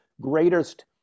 greatest